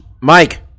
Mike